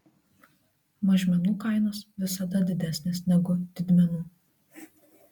mažmenų kainos visada didesnės negu didmenų